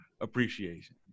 appreciation